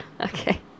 okay